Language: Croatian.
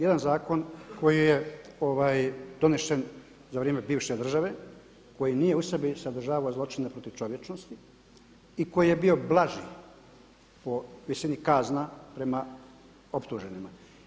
Jedan zakon koji je donesen za vrijeme bivše države, koji nije u sebi sadržavao zločine protiv čovječnosti i koji je bi blaži po visini kazna prema optuženima.